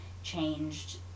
changed